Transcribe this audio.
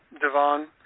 Devon